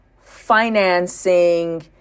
financing